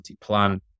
plan